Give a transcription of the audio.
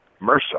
MRSA